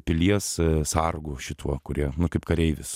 pilies sargo šituo kurie kaip kareivis